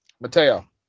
Mateo